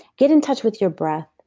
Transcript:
get in touch with your breath,